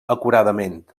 acuradament